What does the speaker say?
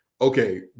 okay